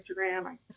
instagram